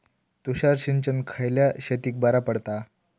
तुषार सिंचन खयल्या शेतीक बरा पडता?